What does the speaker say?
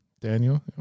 Daniel